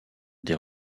des